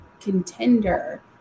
contender